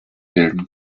bilden